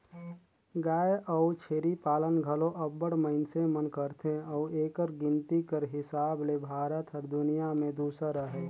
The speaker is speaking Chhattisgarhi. गाय अउ छेरी पालन घलो अब्बड़ मइनसे मन करथे अउ एकर गिनती कर हिसाब ले भारत हर दुनियां में दूसर अहे